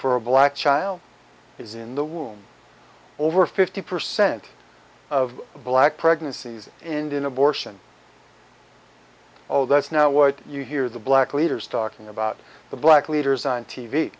for a black child is in the womb over fifty percent of black pregnancies end in abortion oh that's now what you hear the black leaders talking about the black leaders on t v